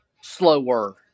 slower